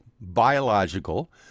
biological